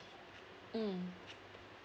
mm